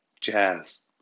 jazz